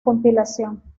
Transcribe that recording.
complicación